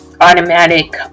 automatic